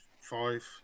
five